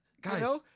guys